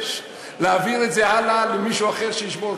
להעביר את זה הלאה למישהו אחר שישבור,